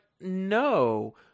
No